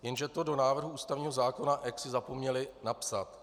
Jenže to do návrhu ústavního zákona jaksi zapomněli napsat.